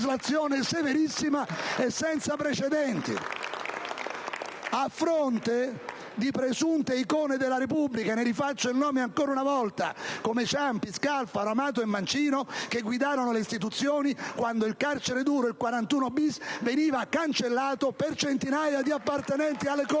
*(Applausi dal Gruppo PdL)* a fronte di presunte icone della Repubblica - ne rifaccio il nome ancora una volta - come Ciampi, Scalfaro, Amato e Mancino che guidavano le istituzioni quando il carcere duro, il 41-*bis*, veniva cancellato per centinaia di appartenenti alle cosche.